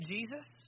Jesus